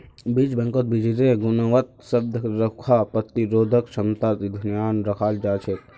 बीज बैंकत बीजेर् गुणवत्ता, स्वाद, रोग प्रतिरोधक क्षमतार ध्यान रखाल जा छे